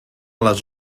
les